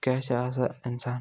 کیٛاہ چھِ آسان اِنسان